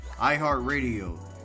iHeartRadio